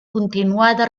continuada